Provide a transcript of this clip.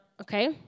Okay